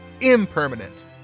impermanent